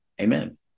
amen